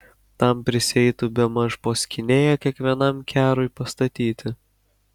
tam prisieitų bemaž po skynėją kiekvienam kerui pastatyti